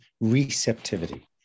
receptivity